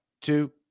two